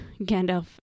Gandalf